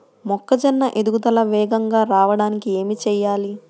మొక్కజోన్న ఎదుగుదల వేగంగా రావడానికి ఏమి చెయ్యాలి?